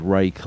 Ray